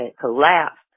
collapsed